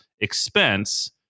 expense